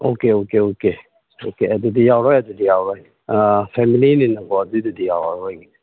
okay okay okay okay ꯑꯗꯨꯗꯤ ꯌꯥꯎꯔꯣꯏ ꯑꯗꯨꯗꯤ ꯌꯥꯎꯔꯣꯏ ꯑꯥ ꯐꯦꯃꯤꯂꯤꯅꯤꯅꯀꯣ ꯑꯗꯨꯒꯤꯗꯨꯗꯤ ꯌꯥꯎꯔꯔꯣꯏꯒꯦ